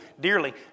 dearly